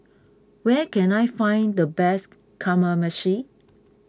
where can I find the best Kamameshi